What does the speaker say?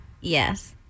Yes